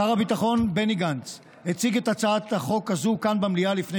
שר הביטחון בני גנץ הציג את הצעת החוק הזאת כאן במליאה לפני